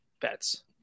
bets